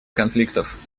конфликтов